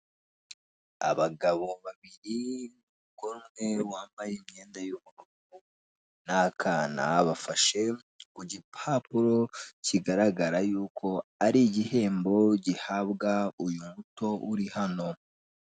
Abagabo babiri ndikubona umwe wambaye imyenda y'ubururu nakana bafashe kugipapuro kigaragara yuko ari igihembo gihabwa uyu muto uri hano.